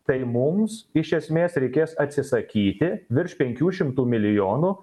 tai mums iš esmės reikės atsisakyti virš penkių šimtų milijonų